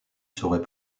saurait